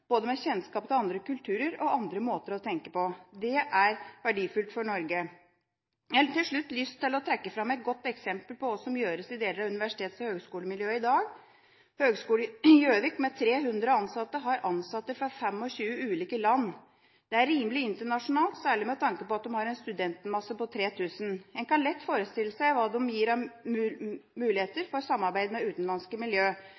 med kjennskap til både andre kulturer og andre måter å tenke på. Det er verdifullt for Norge. Jeg har til slutt lyst til å trekke fram et godt eksempel på hva som gjøres i deler av universitets- og høgskolemiljøet i dag. Høgskolen i Gjøvik, med 300 ansatte, har ansatte fra 25 ulike land. Det er rimelig internasjonalt, særlig med tanke på at de har en studentmasse på 3 000. En kan lett forestille seg hva det gir